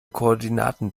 koordinaten